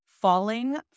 Falling